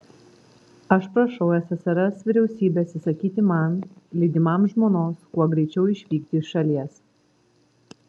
aš prašau ssrs vyriausybės įsakyti man lydimam žmonos kuo greičiau išvykti iš šalies